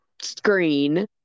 screen